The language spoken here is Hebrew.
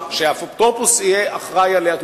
והאפוטרופוס יהיה אחראי לה,